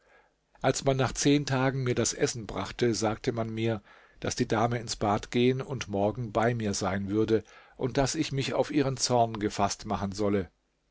als man nach zehn tagen mir das essen brachte sagte man mir daß die dame ins bad gehen und morgen bei mir sein würde und daß ich mich auf ihren zorn gefaßt machen solle